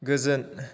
गोजोन